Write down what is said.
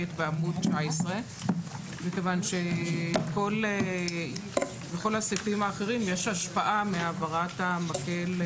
בעמוד 19 מכיוון שלכל הסעיפים האחרים יש השפעה על כל